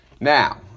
Now